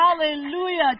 hallelujah